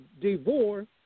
divorce